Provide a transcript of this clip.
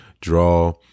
draw